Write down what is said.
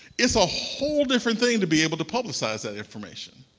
it's a whole different thing to be able to publicize that information,